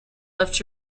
left